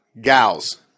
gals